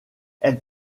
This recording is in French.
elle